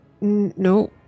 No